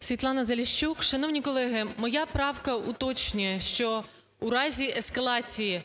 Світлана Заліщук, шановні колеги, моя правка уточнює, що в разі ескалації